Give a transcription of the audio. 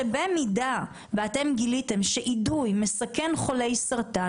שבמידה ואתם גיליתם שאידוי מסכן חולי סרטן,